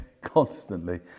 constantly